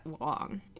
long